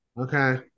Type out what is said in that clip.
okay